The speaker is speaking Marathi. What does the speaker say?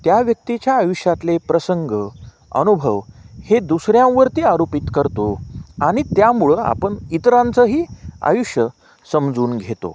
त्या व्यक्तीच्या आयुष्यातले प्रसंग अनुभव हे दुसऱ्यांवरती आरोपित करतो आणि त्यामुळं आपण इतरांचंही आयुष्य समजून घेतो